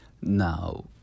Now